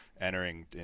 entering